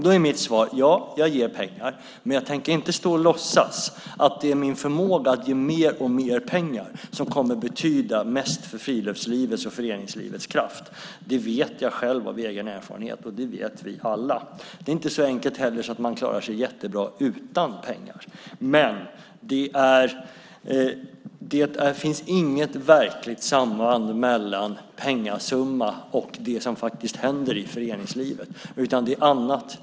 Då är mitt svar: Ja, jag ger pengar, men jag tänker inte låtsas att det är min förmåga att ge mer och mer pengar som kommer att betyda mest för friluftslivets och föreningslivets kraft. Jag vet själv av egen erfarenhet, och det vet vi alla, att det inte är så. Det är inte heller så enkelt att man klarar sig jättebra utan pengar. Det finns inget verkligt samband mellan pengasumma och det som faktiskt händer i föreningslivet.